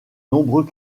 nombreux